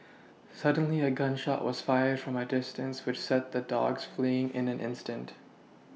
suddenly a gun shot was fired from a distance which sent the dogs fleeing in an instant